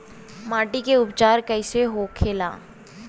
माटी के उपचार कैसे होखे ला?